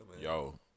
Yo